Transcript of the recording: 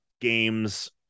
games